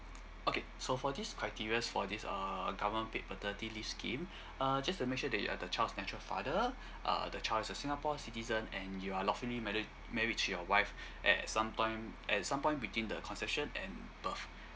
okay so for this criteria for this uh government paid paternity leave scheme uh just to make sure that you're the child natural father uh the child is a singapore citizen and you are lawfully marriage marriage to your wife at some time at some point between the conception and above